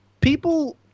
People